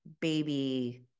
baby